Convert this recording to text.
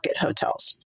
hotels